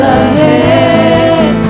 ahead